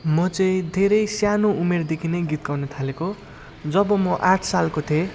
म चाहिँ धेरै सानो उमेरदेखि नै गीत गाउन थालेको हो जब म आठ सालको थिएँ